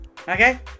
Okay